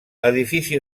edifici